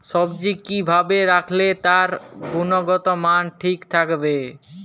সবজি কি ভাবে রাখলে তার গুনগতমান ঠিক থাকবে?